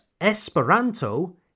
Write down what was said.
Esperanto